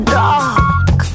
dark